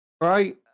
right